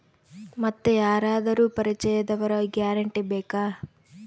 ಮತ್ತೆ ಯಾರಾದರೂ ಪರಿಚಯದವರ ಗ್ಯಾರಂಟಿ ಬೇಕಾ?